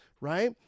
Right